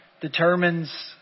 determines